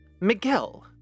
Miguel